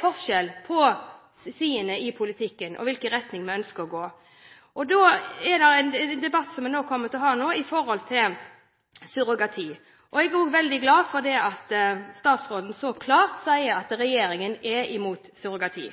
forskjell på sidene i politikken og i hvilken retning vi ønsker å gå. Da er det en debatt som vi kommer til å ha med hensyn til surrogati. Jeg er også veldig glad for at statsråden så klart sier at regjeringen er imot surrogati.